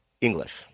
English